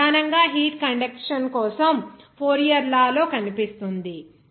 ఇది ప్రధానంగా heat conduction కోసం ఫోరియర్ లా Fourier's law లో కనిపిస్తుంది